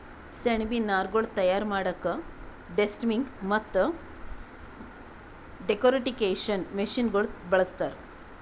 ಸೆಣಬಿನ್ ನಾರ್ಗೊಳ್ ತಯಾರ್ ಮಾಡಕ್ಕಾ ಡೆಸ್ಟಮ್ಮಿಂಗ್ ಮತ್ತ್ ಡೆಕೊರ್ಟಿಕೇಷನ್ ಮಷಿನಗೋಳ್ ಬಳಸ್ತಾರ್